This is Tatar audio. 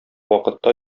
вакытта